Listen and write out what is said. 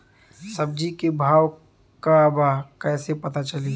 सब्जी के भाव का बा कैसे पता चली?